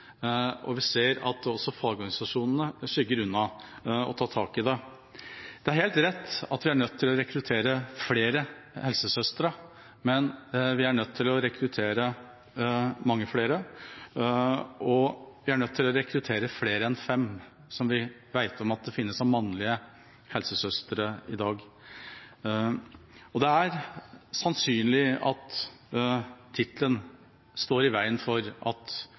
Vi ser at også fagorganisasjonene skygger unna å ta tak i det. Det er helt rett at vi er nødt til å rekruttere flere helsesøstre, vi er nødt til å rekruttere mange flere, og vi er nødt til å rekruttere flere enn de fem mannlige helsesøstrene vi vet finnes i dag. Det er sannsynlig at tittelen står i veien for at